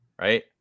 right